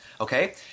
okay